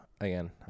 again